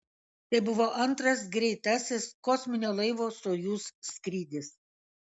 tai buvo antras greitasis kosminio laivo sojuz skrydis